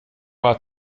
war